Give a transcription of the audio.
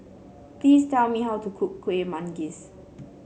please tell me how to cook Kuih Manggis